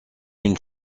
une